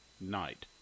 night